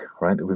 right